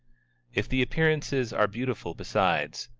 if the appearances are beautiful besides,